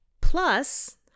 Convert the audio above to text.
Plus